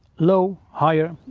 low, higher.